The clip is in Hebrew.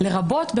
לרבות,